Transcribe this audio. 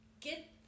get